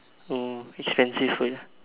hmm expensive food ah